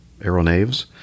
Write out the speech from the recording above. aeronaves